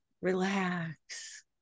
relax